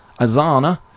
Azana